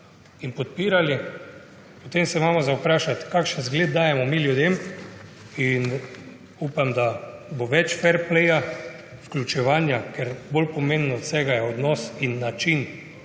in podpirali, potem se moramo vprašati, kakšen zgled dajemo mi ljudem. Upam, da bo več ferpleja, vključevanja, ker bolj pomembna od vsega sta odnos in način.